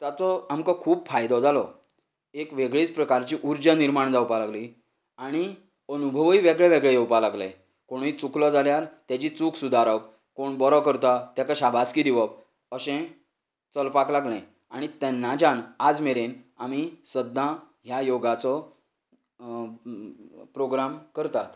ताचो आमकां खूब फायदो जालो एक वेगळीच प्रकारची उर्जा निर्माण जावपाक लागली आणी अनुभवूय वेगळे वेगळे येवपाक लागले कोणूय चुकलो जाल्यार तेजी चूक सुदारप कोण बरो करता तेका शाबासकी दिवप अशें चलपाक लागलें आनी तेन्नाच्यान आज मेरेन आमी सद्दां ह्या योगाचो प्रोग्राम करतात